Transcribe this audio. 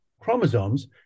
chromosomes